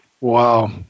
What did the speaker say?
Wow